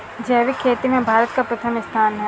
जैविक खेती में भारत का प्रथम स्थान है